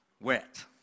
wet